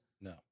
No